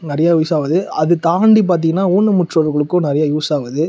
நிறையா யூஸ் ஆகுது அது தாண்டி பார்த்திங்கன்னா ஊனமுற்றோர்களுக்கும் நிறைய யூஸ் ஆகுது